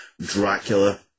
Dracula